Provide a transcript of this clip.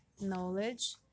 knowledge